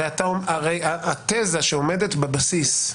הרי התזה שעומדת בבסיס,